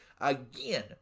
again